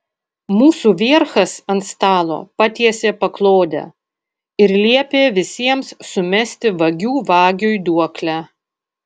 mūsų vierchas ant stalo patiesė paklodę ir liepė visiems sumesti vagių vagiui duoklę